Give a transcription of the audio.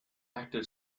active